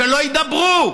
שלא ידברו,